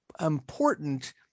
important